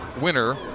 winner